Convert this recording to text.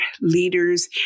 leaders